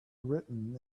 written